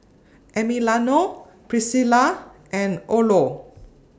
Emiliano Priscila and Orlo